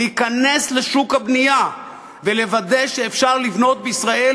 להיכנס לשוק הבנייה ולוודא שאפשר לבנות בישראל